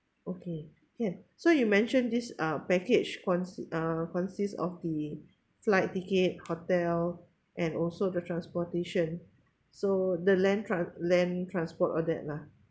okay can so you mentioned this uh package cons~ uh consists of the flight ticket hotel and also the transportation so the land tran~ land transport all that lah